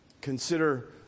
Consider